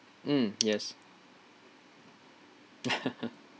mm yes